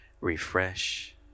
Refresh